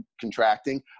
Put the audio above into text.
contracting